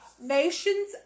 nation's